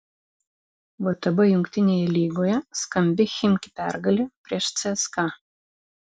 vtb jungtinėje lygoje skambi chimki pergalė prieš cska